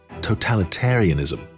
totalitarianism